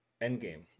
Endgame